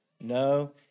No